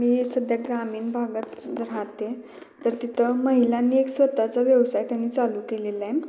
मी सध्या ग्रामीण भागात राहते तर तिथं महिलांनी एक स्वतःचा व्यवसाय त्यांनी चालू केलेला आहे